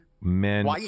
men